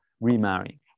remarrying